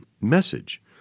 message